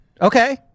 Okay